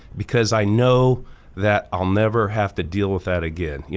because i know that i'll never have to deal with that again. yeah